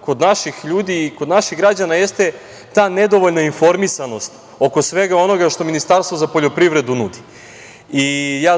kod naših ljudi i kod naših građana jeste ta nedovoljna informisanost oko svega onoga što Ministarstvo za poljoprivredu nudi.